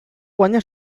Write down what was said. guanya